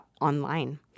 online